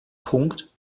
punkt